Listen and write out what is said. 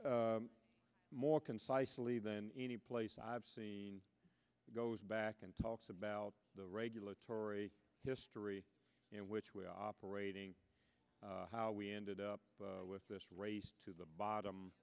more concisely than any place i've seen goes back and talks about the regulatory history in which we operate how we ended up with this race to the